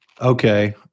okay